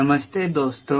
नमस्ते दोस्तों